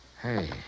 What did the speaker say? Hey